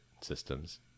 systems